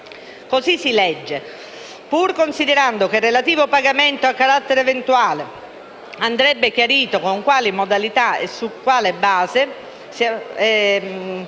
Così si legge: «Pur considerando che il relativo pagamento ha carattere eventuale, andrebbe chiarito con quali modalità e sulla base di